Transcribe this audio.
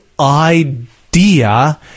idea